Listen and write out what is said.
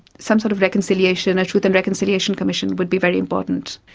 some sort of reconciliation, a truth and reconciliation commission would be very important.